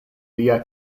lia